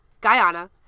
Guyana